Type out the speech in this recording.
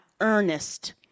earnest